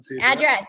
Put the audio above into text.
Address